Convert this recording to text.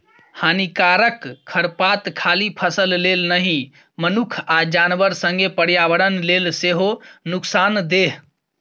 हानिकारक खरपात खाली फसल लेल नहि मनुख आ जानबर संगे पर्यावरण लेल सेहो नुकसानदेह